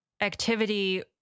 activity